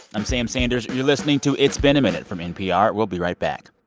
i'm sam sanders. you're listening to it's been a minute from npr. we'll be right back